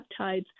peptides